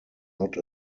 not